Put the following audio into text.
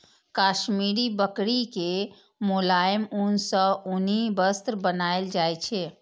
काश्मीरी बकरी के मोलायम ऊन सं उनी वस्त्र बनाएल जाइ छै